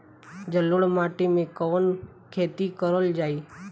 जलोढ़ माटी में कवन खेती करल जाई?